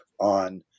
on